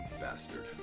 Bastard